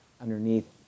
underneath